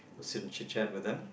just sit and chit chat with them